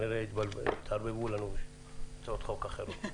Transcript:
התערבבו לנו הצעות חוק אחרות.